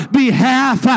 behalf